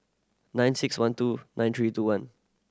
nine six one two nine three two one